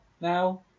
now